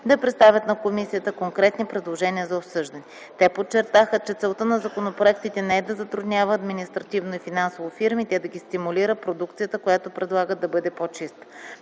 да представят на комисията конкретни предложения за обсъждане. Те подчертаха, че целта на законопроектите не е да затруднява административно и финансово фирмите, а да ги стимулира продукцията, която предлагат да бъде по-чиста.